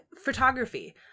photography